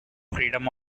freedom